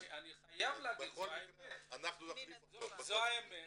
אני חייב להגיד, זו האמת.